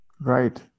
Right